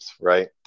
right